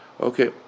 okay